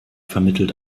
vermittelt